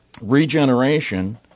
regeneration